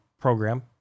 program